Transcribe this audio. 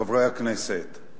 חברי הכנסת,